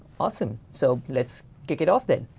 awesome. so let's kick it off then.